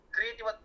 Creative